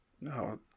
No